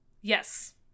Yes